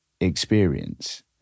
experience